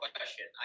question